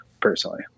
personally